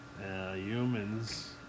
humans